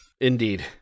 Indeed